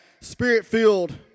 spirit-filled